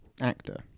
actor